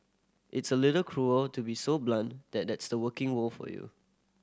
it's a little cruel to be so blunt that that's the working world for you